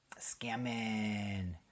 Scamming